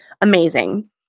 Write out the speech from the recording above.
Amazing